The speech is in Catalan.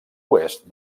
oest